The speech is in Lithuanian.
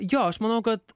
jo aš manau kad